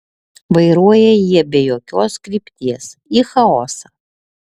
vairuoja jie be jokios krypties į chaosą